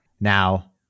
Now